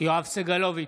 יואב סגלוביץ'